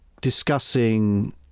discussing